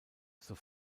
zur